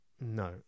no